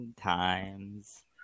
times